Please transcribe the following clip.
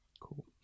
Cool